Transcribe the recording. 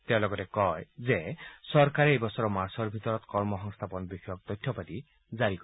তেওঁ লগতে কয় যে চৰকাৰে এই বছৰৰ মাৰ্চৰ ভিতৰত কৰ্মসংস্থাপন বিষয়ক তথ্য পাতি জাৰি কৰিব